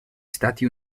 stati